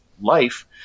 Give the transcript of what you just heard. life